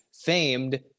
famed